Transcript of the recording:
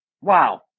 wow